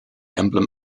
emblem